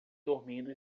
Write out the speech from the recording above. dormindo